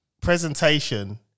presentation